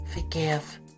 forgive